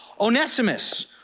Onesimus